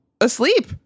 asleep